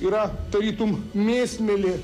yra tarytum mėsmėlė